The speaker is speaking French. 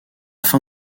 fin